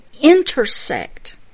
intersect